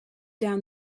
down